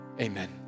Amen